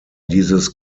dieses